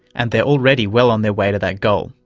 and they're already well on their way to that goal,